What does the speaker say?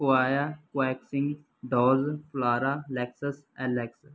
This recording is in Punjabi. ਉਹ ਆਇਆ ਕੁਐਕਸੀ ਡੋਜ ਪਲਾਰਾ ਲੈਕਸਸ ਐਲਐਕਸ